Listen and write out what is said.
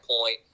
point